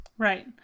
Right